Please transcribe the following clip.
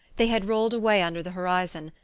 they had rolled away under the horizon,